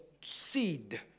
seed